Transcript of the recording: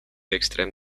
extrem